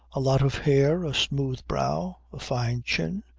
a lot of hair, a smooth brow, a fine chin,